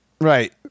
Right